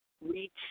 reach